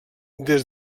des